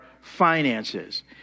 finances